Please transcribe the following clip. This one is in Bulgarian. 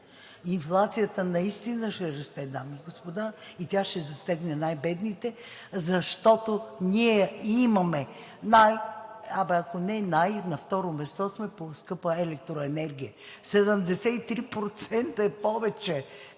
инфлацията наистина ще расте, дами и господа, и тя ще засегне най-бедните, защото ние имаме най, ако не най, на второ място сме по скъпа електроенергия – 73% е повече